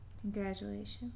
Congratulations